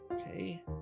Okay